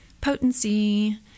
Potency